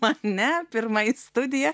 man ne pirmoji studija